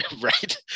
Right